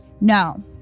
No